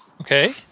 Okay